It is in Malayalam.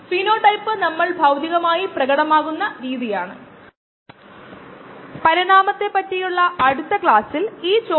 അപ്പോൾ നമ്മൾ ഈ പ്രാക്ടീസ് പ്രശ്നത്തിൽ നോക്കി